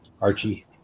Archie